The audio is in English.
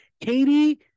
katie